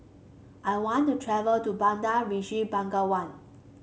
I want to travel to Bandar Resi Begawan